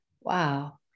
wow